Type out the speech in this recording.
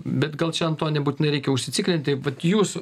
bet gal čia ant to nebūtinai reikia užsiciklinti kad jūs